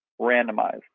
randomized